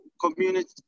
community